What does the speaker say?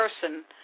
person